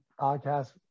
podcast